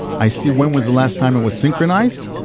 i see when was the last time it was synchronized.